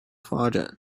发展